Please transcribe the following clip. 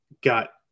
got